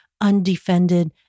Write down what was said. undefended